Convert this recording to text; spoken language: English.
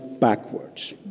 backwards